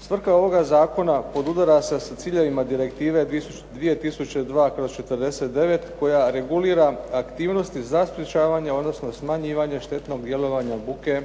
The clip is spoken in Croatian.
Svrha je ovoga zakona podudara se sa ciljevima Direktive 2002/49 koja regulira aktivnosti za sprječavanje, odnosno smanjivanje štetnog djelovanja buke